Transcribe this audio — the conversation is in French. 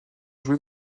jouer